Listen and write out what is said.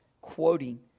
quoting